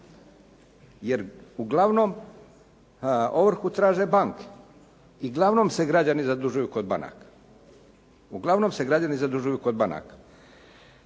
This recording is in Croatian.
jer uglavnom ovrhu traže banke i uglavnom se građani zadužuju kod banaka. Uglavnom se građani zadužuju kod banaka.